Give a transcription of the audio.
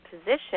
position